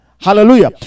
Hallelujah